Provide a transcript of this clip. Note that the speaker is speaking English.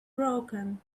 broken